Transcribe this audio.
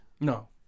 No